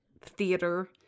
theater